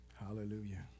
Hallelujah